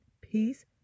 Peace